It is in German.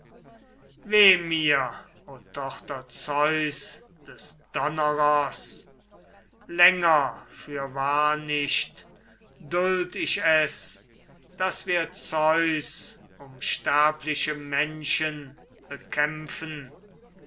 mir o tochter zeus des donnerers länger fürwahr nicht duld ich es daß wir zeus um sterbliche menschen bekämpfen